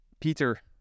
Peter